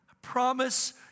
promise